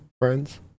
friends